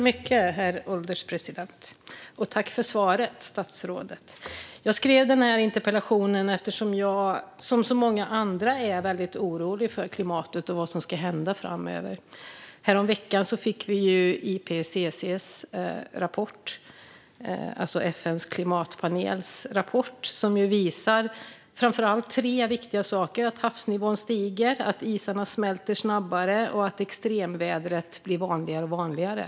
Herr ålderspresident! Tack för svaret, statsrådet! Jag skrev interpellationen eftersom jag som så många andra är väldigt orolig för klimatet och för vad som ska hända framöver. Häromveckan fick vi IPCC:s, FN:s klimatpanels, rapport. Den visar framför allt tre viktiga saker. Havsnivån stiger, isarna smälter snabbare och extremvädret blir allt vanligare.